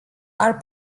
are